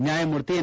ನ್ಯಾಯಮೂರ್ತಿ ಎನ್